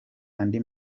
andi